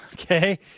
okay